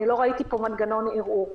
לא ראיתי פה מנגנון ערעור.